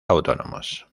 autónomos